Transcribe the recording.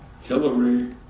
Hillary